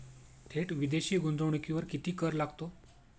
थेट विदेशी गुंतवणुकीवर किती कर लागतो?